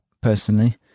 personally